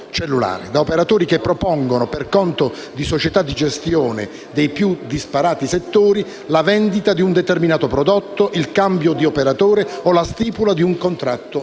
da operatori che propongono, per conto di società di gestione dei più disparati settori, la vendita di un determinato prodotto, il cambio di operatore o la stipula di un nuovo contratto